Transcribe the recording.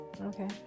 Okay